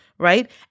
Right